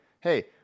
hey